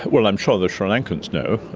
well, i'm sure the sri lankans know,